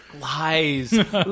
Lies